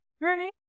Right